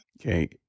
Okay